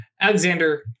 Alexander